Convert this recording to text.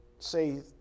say